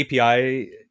API